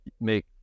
make